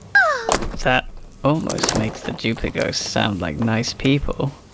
ah that almost makes the duplighosts sound like nice people.